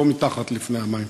לא מתחת לפני המים.